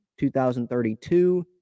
2032